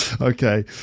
okay